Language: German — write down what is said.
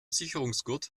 sicherungsgurt